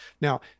Now